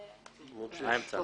ומיגון.